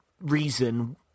reason